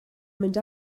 mynd